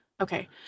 Okay